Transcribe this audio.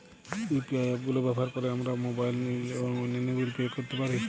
UPI app গুলো ব্যবহার করে আমরা মোবাইল নিল এবং অন্যান্য বিল গুলি পে করতে পারি